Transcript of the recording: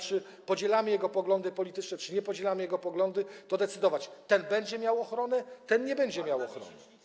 czy podzielamy jego poglądy polityczne, czy nie podzielamy jego poglądów, decydować: ten będzie miał ochronę, a ten nie będzie miał ochrony.